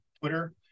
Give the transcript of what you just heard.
Twitter